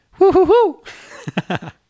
woohoo